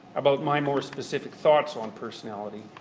about my more specific thoughts on personality.